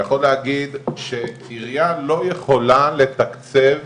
אני יכול להגיד שעירייה לא יכולה לתקצב